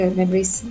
memories